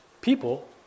People